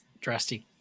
drastic